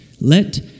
Let